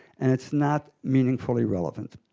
and it's not meaningfully relevant.